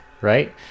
right